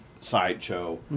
sideshow